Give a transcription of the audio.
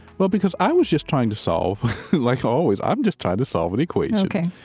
well, because i was just trying to solve like always, i'm just trying to solve the equation.